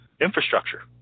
infrastructure